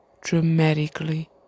dramatically